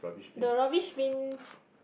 the rubbish bin